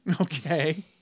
Okay